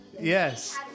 Yes